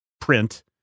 print